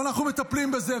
ואנחנו מטפלים בזה,